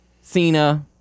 Cena